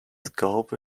scope